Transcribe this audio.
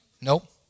Nope